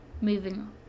moving